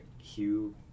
Hugh